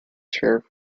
chair